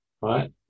Right